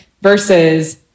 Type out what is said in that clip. versus